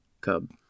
cub